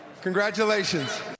congratulations